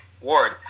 Ward